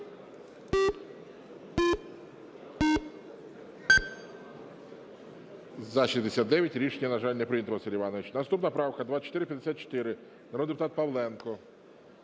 За-69 Рішення, на жаль, не прийнято, Василь Іванович. Наступна правка - 2454, народний депутат Павленко